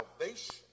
salvation